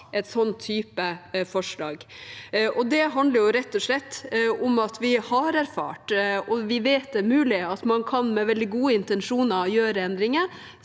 en slik type forslag. Det handler rett og slett om at vi har erfart og vet at det er mulig at man med veldig gode intensjoner kan gjøre endringer